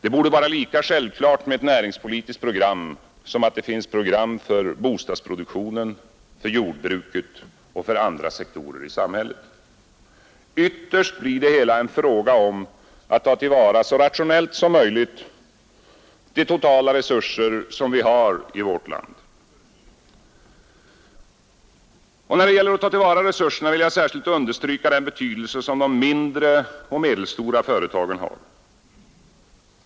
Det borde vara lika självklart med ett näringspolitiskt program som att det finns program för bostadsproduktionen, för jordbruket och för andra sektorer i samhället. Ytterst blir det hela en fråga om att ta till vara så rationellt som möjligt de totala resurser som vi har i vårt land. När det gäller att ta till vara resurserna vill jag särskilt understryka den betydelse som de mindre och medelstora företagen har.